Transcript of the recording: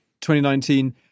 2019